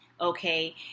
okay